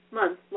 month